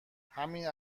همین